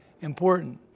important